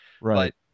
Right